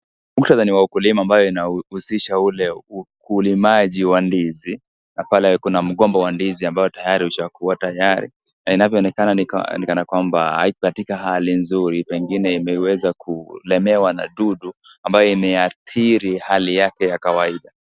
Muktadha ni wa ukulima ambae, inauhusisha ule ukulimaji wa ndizi, na pale kuna mgomba wa ndizi ambao tayari ushakua tayari, na inavyoonekana ni kana kwamba haiko katika hali nzuri, pengine imeweza kulemewa na dudu, ambayo imeathiri hali yake ya kawaida.